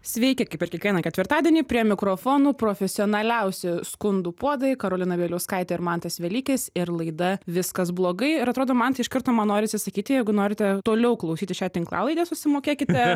sveiki kaip ir kiekvieną ketvirtadienį prie mikrofonų profesionaliausi skundų puodai karolina bieliauskaitė ir mantas velykis ir laida viskas blogai ir atrodo mantai iš karto man norisi sakyti jeigu norite toliau klausytis šią tinklalaidę susimokėkite